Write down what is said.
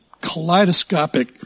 kaleidoscopic